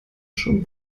schon